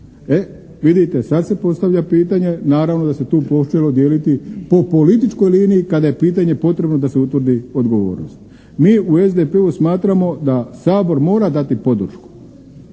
E vidite sada se postavlja pitanje, naravno da se tu počelo dijeliti po političkoj liniji kada je pitanje potrebno da se utvrdi odgovornost. Mi u SDP-u smatramo da Sabor mora dati podršku